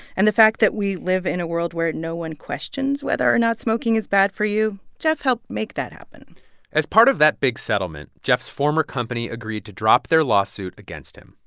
and the fact that we live in a world where no one questions whether or not smoking is bad for you jeff helped make that happen as part of that big settlement, jeff's former company agreed to drop their lawsuit against him.